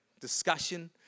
discussion